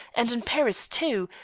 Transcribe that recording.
and in paris too,